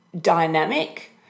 dynamic